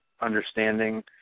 understanding